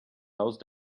those